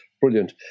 Brilliant